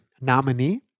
nominee